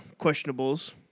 questionables